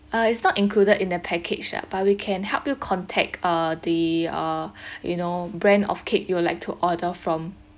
uh it's not included in the package ah but we can help you contact uh the uh you know brand of cake you will like to order from